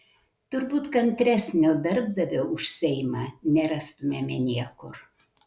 turbūt kantresnio darbdavio už seimą nerastumėme niekur